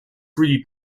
free